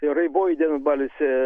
ir raiboji devynbalsė